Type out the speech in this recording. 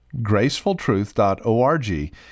GracefulTruth.org